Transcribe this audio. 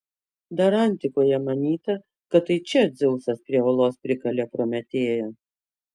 dar antikoje manyta kad tai čia dzeusas prie uolos prikalė prometėją